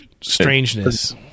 strangeness